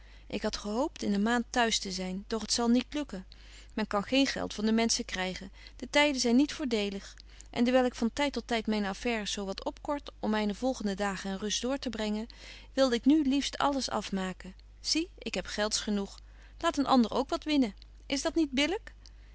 ik had gehoopt in een maand t'huis te zyn doch t zal niet lukken men kan geen geld van de menschen krygen de tyden zyn niet voordelig en dewyl ik van tyd tot tyd myne affaires zo wat opkort om myne volgende dagen in rust door te brengen wilde ik nu liefst alles afmaken zie ik heb gelds genoeg laat een ander ook wat winnen is dat niet